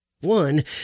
One